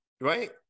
right